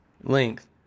length